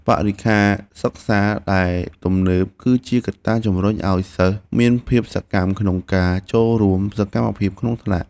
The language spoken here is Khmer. បរិក្ខារសិក្សាដែលទំនើបគឺជាកត្តាជំរុញឱ្យសិស្សមានភាពសកម្មក្នុងការចូលរួមសកម្មភាពក្នុងថ្នាក់។